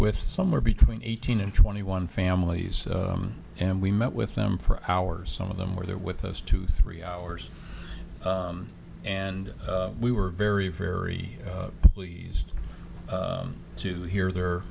with somewhere between eighteen and twenty one families and we met with them for hours some of them were there with us to three hours and we were very very pleased to hear their